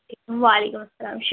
وعلیکم السّلام شک